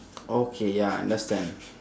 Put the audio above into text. okay ya understand